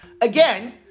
again